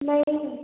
नहीं